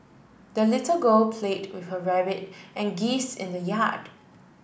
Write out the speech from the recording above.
the little girl played with her rabbit and geese in the yard